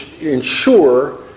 ensure